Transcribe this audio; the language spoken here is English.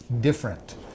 different